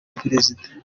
prezida